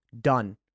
done